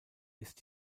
ist